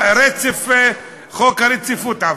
חוק הרציפות עבר.